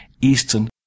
eastern